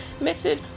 method